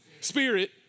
Spirit